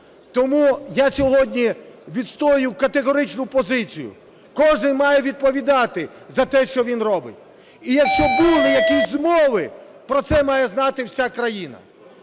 Тому я сьогодні відстоюю категоричну позицію: кожен має відповідати за те, що він робить. І якщо були якісь змови, про це має знати вся країна.